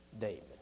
David